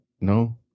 no